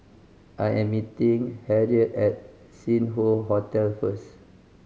I am meeting Harriett at Sing Hoe Hotel first